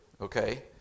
okay